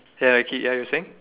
ya okay ya you were saying